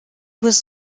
was